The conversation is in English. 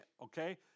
okay